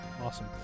Awesome